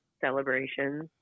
celebrations